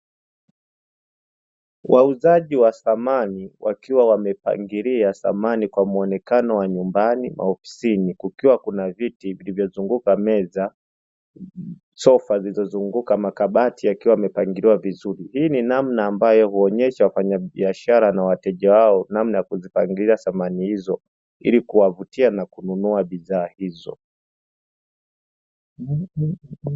Wauzaji wa samani wakiwa wamepangilia samani kwa muonekano wa nyumbani na ofisini kukiwa kuna viti vilivyozunguka meza, sofa zilizozunguka makabati yakiwa yamepangiliwa hii ni namna ambayo huonyesha wafanyabiashara na wateja wao namna ya kuzipangilia samani hizo ili kuwavutia na kununua bidhaa hizo.